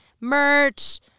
merch